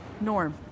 Norm